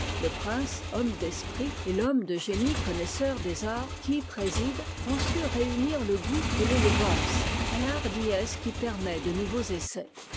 le prince homme d'esprit et l'homme de génie connaisseur des arts qui y président ont su réunir le goût et l'élégance à la hardiesse qui permet de nouveaux essais